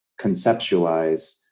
conceptualize